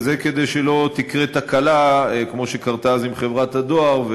וזה כדי שלא תקרה תקלה כמו שקרתה אז עם חברת הדואר,